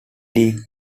league